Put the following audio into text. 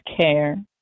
care